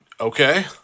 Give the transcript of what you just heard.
Okay